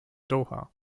doha